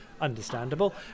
understandable